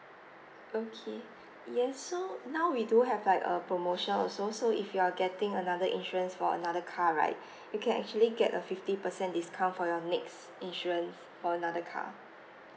okay yes so now we do have like a promotion also so if you are getting another insurance for another car right you can actually get a fifty percent discount for your next insurance for another car